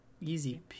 Easy